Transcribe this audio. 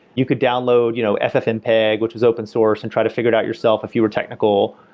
you could download you know ffmpeg, which was open source and try to figure it out yourself if you were technical,